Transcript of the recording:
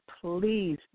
please